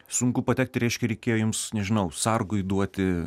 sunku patekti reiškia reikėjo ims nežinau sargui duoti